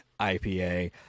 IPA